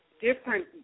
Different